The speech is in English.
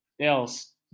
else